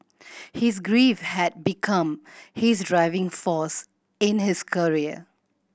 his grief had become his driving force in his career